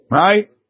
right